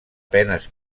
penes